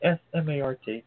smart